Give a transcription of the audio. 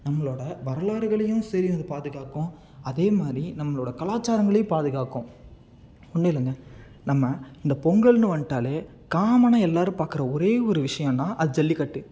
நம்மளோடய வரலாறுகளையும் சரி அதை பாதுகாக்கும் அதே மாதிரி நம்மளோடய கலாச்சாரங்களையும் பாதுகாக்கும் ஒன்றும் இல்லைங்க நம்ம இந்த பொங்கல்னு வந்துட்டாலே காமனாக எல்லோரும் பாக்குற ஒரே ஒரு விஷயன்னா அது ஜல்லிக்கட்டு